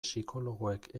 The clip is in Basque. psikologoek